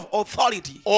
authority